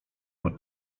pod